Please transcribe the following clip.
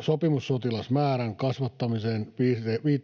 Sopimussotilasmäärän kasvattamiseen